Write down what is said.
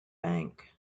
bank